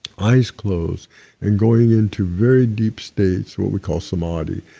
eyes closed and going into very deep states, what we call samadi.